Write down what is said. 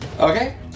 Okay